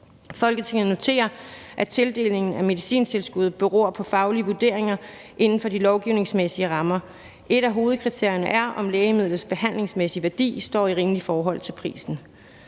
Folketinget noterer, at tildeling af medicintilskud beror på faglige vurderinger inden for de lovgivningsmæssige rammer. Et af hovedkriterierne er, om lægemidlets behandlingsmæssige værdi står i et rimeligt forhold til prisen.